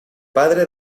padre